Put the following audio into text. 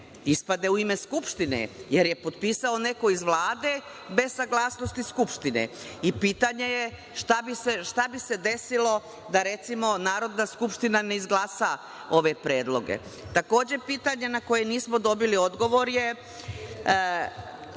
ispade u ime Skupštine, jer je potpisao neko iz Vlade bez saglasnosti Skupštine. Pitanje je šta bi se desilo da recimo Narodna skupština ne izglasa ove predloge. Takođe, pitanje na koje nismo dobili odgovor je